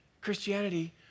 Christianity